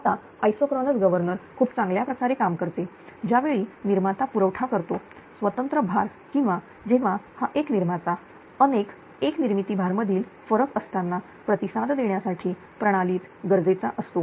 आता isochronous governor खूप चांगल्या प्रकारे काम करते ज्यावेळी निर्माता पुरवठा करतो स्वतंत्र भार किंवा जेव्हा हा एक निर्माता अनेक एक निर्मिती भार मधील फरक असताना प्रतिसाद देण्यासाठी प्रणालीत गरजेचा असतो